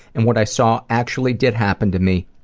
and what i saw actually did happen to me,